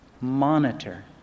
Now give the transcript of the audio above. monitor